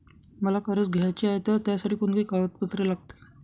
मला कर्ज घ्यायचे आहे तर त्यासाठी कोणती कागदपत्रे लागतील?